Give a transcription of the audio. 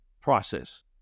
process